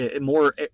more